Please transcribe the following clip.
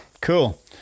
cool